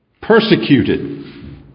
Persecuted